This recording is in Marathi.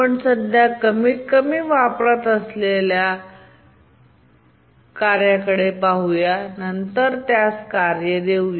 आपण सध्या कमीतकमी वापरात असलेल्या कार्य कडे पाहू आणि नंतर त्यास कार्य देऊ